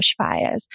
bushfires